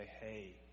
hey